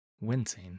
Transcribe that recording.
Wincing